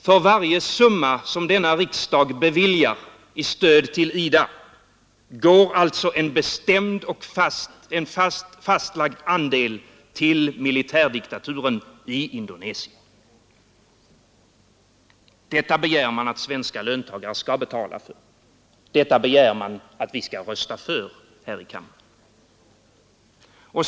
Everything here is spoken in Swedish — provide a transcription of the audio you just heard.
För varje summa som denna riksdag beviljar i stöd till IDA går alltså en fastlagd andel till militärdiktaturen i Indonesien. Detta begär man att svenska löntagare skall betala för. Detta begär man att vi skall rösta för här i kammaren.